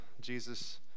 Jesus